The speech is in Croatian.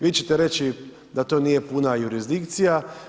Vi ćete reći da to nije puna jurisdikcija.